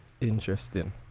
interesting